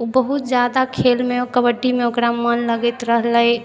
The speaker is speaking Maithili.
ओ बहुत ज्यादा खेलमे ओकरा कबड्डीमे मन लगैत रहलै